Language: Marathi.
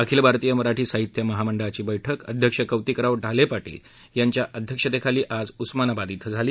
अखिल भारतीय मराठी साहित्य महामंडळाची बैठक अध्यक्ष कौतिकराव ठाले पाटील यांच्या अध्यक्षतेखाली आज उस्मानाबाद इथं झाली